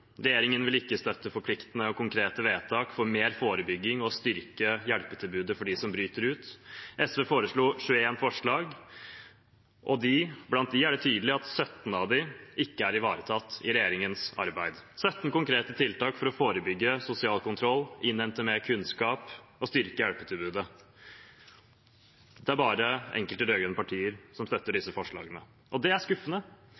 Regjeringen vil ikke støtte forpliktende og konkrete vedtak om mer forebygging og å styrke hjelpetilbudet for dem som bryter ut. SV foreslår 21 tiltak, og det er tydelig at 17 av dem ikke er ivaretatt i regjeringens arbeid. Det er 17 konkrete tiltak for å forebygge sosial kontroll, innhente mer kunnskap og styrke hjelpetilbudet. Det er bare enkelte rød-grønne partier som støtter disse forslagene. Det er skuffende,